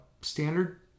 standard